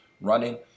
running